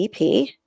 EP